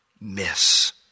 miss